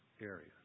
area